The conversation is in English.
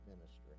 ministry